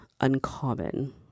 uncommon